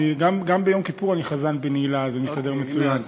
גם ביום כיפור אני חזן בנעילה, אז זה מסתדר מצוין.